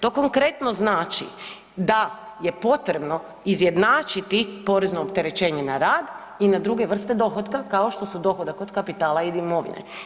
To konkretno znači da je potrebno izjednačiti porezno opterećenje na rad i na druge vrste dohotka, ako što su dohodak od kapitala ili imovine.